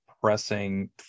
pressing